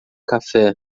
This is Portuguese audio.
café